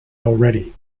already